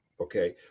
Okay